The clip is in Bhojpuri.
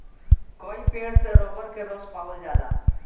कई पेड़ से रबर के रस पावल जाला